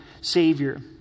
Savior